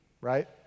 right